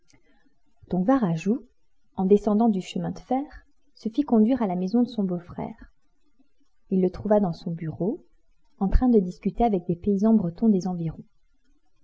varajou en descendant du chemin de fer se fit conduire à la maison de son beau-frère il le trouva dans son bureau en train de discuter avec des paysans bretons des environs